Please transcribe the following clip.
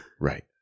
Right